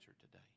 today